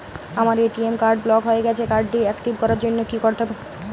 আমার ATM card block হয়ে গেছে কার্ড টি একটিভ করার জন্যে কি করতে হবে?